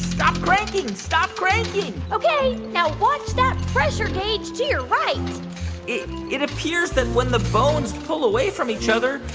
stop cranking. stop cranking ok. now watch that pressure gauge to your right it it appears that when the bones pull away from each other,